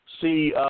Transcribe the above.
See